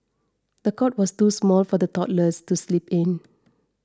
the cot was too small for the toddlers to sleep in